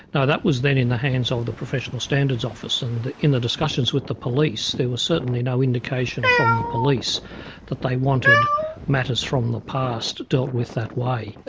no that was then in the hands of the professional standards office. and in the discussions with the police there was certainly no indication from the police that they wanted matters from the past dealt with that way.